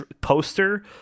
poster